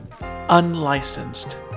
Unlicensed